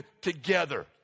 together